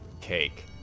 cake